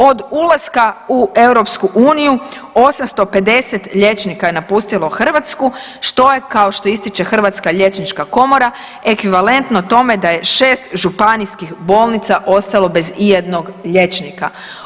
Od ulaska u EU 850 liječnika je napustilo Hrvatsku što je kao što ističe Hrvatska liječnička komora ekvivalentno tome da je 6 županijskih bolnica ostalo bez ijednog liječnika.